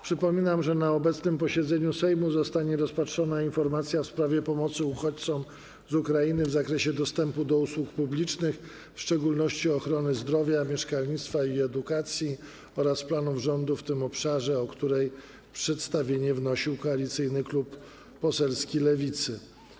Przypominam, że na obecnym posiedzeniu Sejmu zostanie rozpatrzona informacja w sprawie pomocy uchodźcom z Ukrainy w zakresie dostępu do usług publicznych, w szczególności ochrony zdrowia, mieszkalnictwa i edukacji, oraz planów rządu w tym obszarze, o której przedstawienie wnosił Koalicyjny Klub Poselski Lewicy.